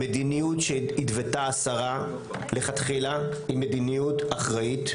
המדיניות שהתוותה השרה לכתחילה היא מדיניות אחראית,